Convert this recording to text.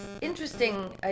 interesting